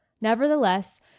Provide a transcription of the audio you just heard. Nevertheless